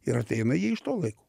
ir ateina jie iš to laiko